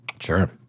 Sure